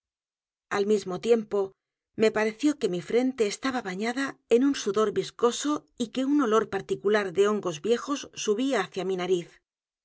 al mismo tiempo me pareció que mi frente estaba b a ñada en un sudor viscoso y que un olor particular de hongos viejos subía hacia mi nariz